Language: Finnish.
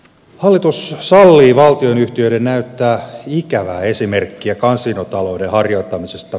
hallitus sallii valtionyhtiöiden näyttää ikävää esimerkkiä kasinotalouden harjoittamisesta